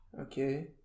Okay